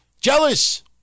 Jealous